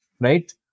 right